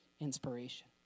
inspiration